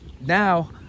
Now